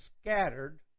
scattered